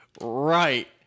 Right